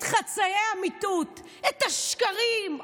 את חצאי האמיתות, את השקרים?